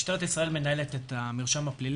משטרת ישראל מנהלת את המרשם הפלילי